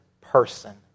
person